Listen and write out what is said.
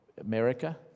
America